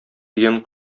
дигән